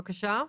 בבקשה.